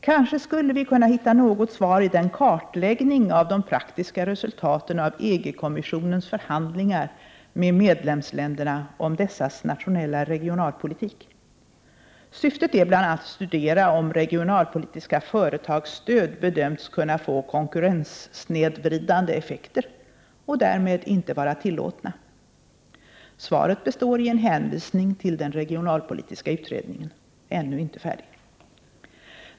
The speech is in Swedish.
Kanske skulle vi kunna hitta något svar i en kartläggning av ”de praktiska resultaten av EG-kommissionens förhandlingar med medlemsländerna om deras nationella regionalpolitik. Syftet är bl.a. att studera om regionalpolitiska företagsstöd bedöms kunna få konkurrenssnedvridande effekter och därmed inte vara tillåtna.” Svaret står i en hänvisning till den regionalpolitiska utredningen — ännu inte färdig!